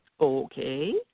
Okay